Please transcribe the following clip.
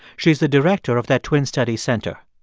she's the director of their twin studies center.